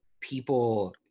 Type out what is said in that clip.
people